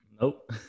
Nope